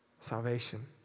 salvation